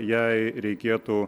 jai reikėtų